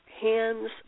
hands